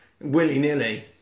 willy-nilly